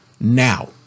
now